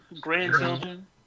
grandchildren